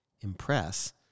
impress